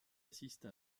assiste